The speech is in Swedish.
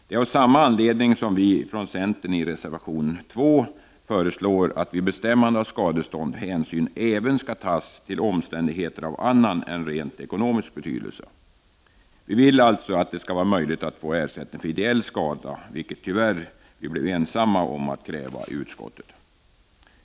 Det är av samma anledning som vi i centern i reservation 2 föreslår att vid bestämmande av skadestånd hänsyn även skall tas till omständigheter av annan än rent ekonomisk betydelse. Vi vill alltså att det skall vara möjligt att få ersättning för ideell skada, vilket vi tyvärr blev ensamma om att kräva i utskottet.